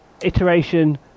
iteration